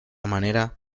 manera